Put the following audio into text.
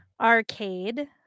Arcade